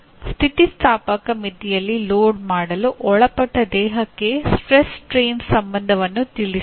ಸ್ಥಿತಿಸ್ಥಾಪಕ ಮಿತಿಯಲ್ಲಿ ಲೋಡ್ ಮಾಡಲು ಒಳಪಟ್ಟ ದೇಹಕ್ಕೆ ಸ್ಟ್ರೆಸ್ ಸ್ಟ್ರೇನ್ ಸಂಬಂಧವನ್ನು ತಿಳಿಯಿರಿ